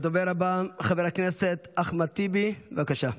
הדובר הבא, חבר הכנסת אחמד טיבי, בבקשה.